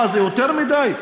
מה, זה יותר מדי?